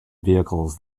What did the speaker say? vehicles